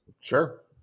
Sure